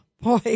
boy